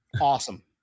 awesome